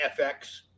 fx